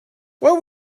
what